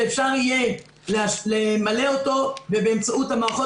שאפשר יהיה למלא אותו ובאמצעות המערכות